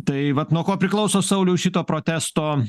tai vat nuo ko priklauso sauliau šito protesto